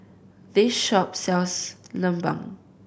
this shop sells lemang